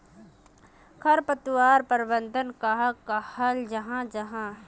खरपतवार प्रबंधन कहाक कहाल जाहा जाहा?